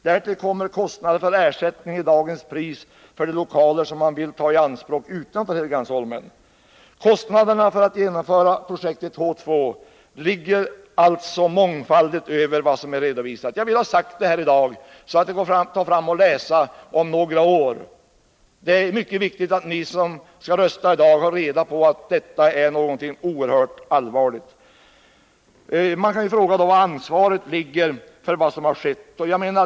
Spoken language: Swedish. Därtill kommer kostnader för ersättning i dagens pris för de lokaler som man vill ta i anspråk utanför Helgeandsholmen. Kostnaderna för att genomföra projektet H 2 ligger därför mångfaldigt över de hittills redovisade. Jag har velat framhålla detta i dag för att den som läser denna debatt om några år skall kunna finna dessa synpunkter redovisade. Det är också mycket viktigt att alla vi som i dag kommer att rösta i detta ärende tar hänsyn till dessa oerhört allvarliga synpunkter. Man kan då också fråga var ansvaret för det som nu har skett ligger.